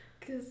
Cause